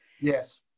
Yes